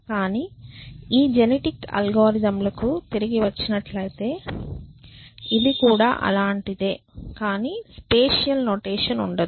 కానీ ఈ జెనెటిక్ అల్గోరిథంలకు తిరిగి వచ్చినట్లైతే ఇది కూడా అలాంటిదే కానీ స్పెషియల్ నొటేషన్ ఉండదు